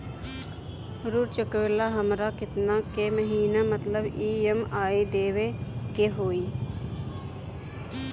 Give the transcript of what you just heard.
ऋण चुकावेला हमरा केतना के महीना मतलब ई.एम.आई देवे के होई?